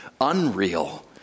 unreal